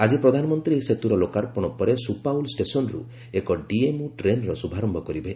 ଆଜି ପ୍ରଧାନମନ୍ତ୍ରୀ ଏହି ସେତୁର ଲୋକାର୍ପଣ ପରେ ସୁପାଉଲ୍ ଷ୍ଟେସନ୍ରୁ ଏକ ଡିଏମ୍ୟୁ ଟ୍ରେନ୍ର ଶୁଭାରମ୍ଭ କରିବେ